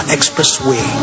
Expressway